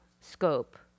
scope